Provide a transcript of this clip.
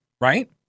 right